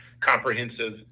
comprehensive